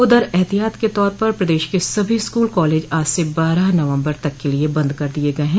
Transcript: उधर एहतियात के तौर पर प्रदेश के सभी स्कूल कॉलेज आज से बारह नवम्बर तक के लिये बंद कर दिये गये हैं